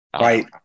Right